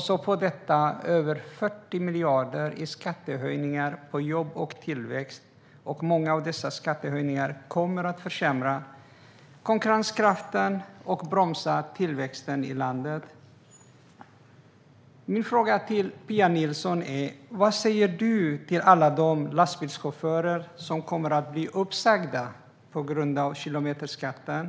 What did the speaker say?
Ovanpå detta är det över 40 miljarder i skattehöjningar på jobb och tillväxt, och många av dessa skattehöjningar kommer att försämra konkurrenskraften och bromsa tillväxten i landet. Min fråga till dig, Pia Nilsson, är: Vad säger du till alla de lastbilschaufförer som kommer att bli uppsagda på grund av kilometerskatten?